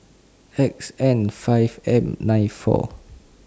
X N five M nine four